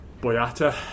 Boyata